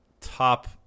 top